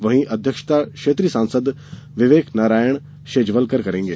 वहीं अध्यक्षता क्षेत्रीय सांसद विवेक नारायण शेजवलकर करेंगे